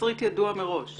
תסריט ידוע מראש.